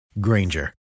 Granger